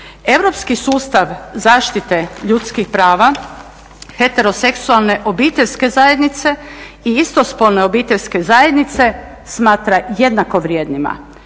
Europski sustav zaštite ljudskih prava heteroseksualne obiteljske zajednice i istospolne obiteljske zajednice smatra jednako vrijednima,